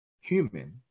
human